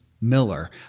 Miller